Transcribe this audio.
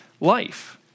life